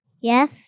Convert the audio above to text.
Yes